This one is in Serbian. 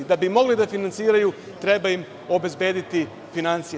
Da bi mogli da finansiraju treba im obezbediti finansije.